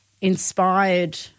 inspired